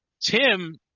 Tim